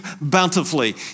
bountifully